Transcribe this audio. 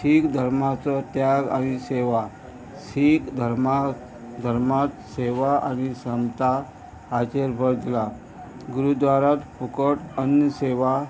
सीख धर्माचो त्याग आनी सेवा सीख धर्म धर्मांत सेवा आनी क्षमता हाचेर बरयला गुरू दवारात फुकट अन्य सेवा